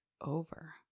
over